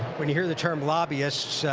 when you hear the term lobbyists